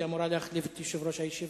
כי היא אמורה להחליף את יושב-ראש הישיבה.